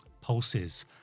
pulses